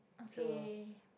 okay